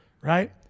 Right